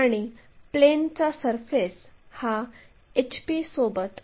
आणि प्लेनचा सरफेस हा HP सोबत